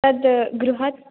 तद् गृहात्